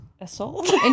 assault